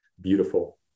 beautiful